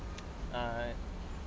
err